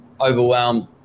overwhelmed